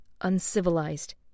uncivilized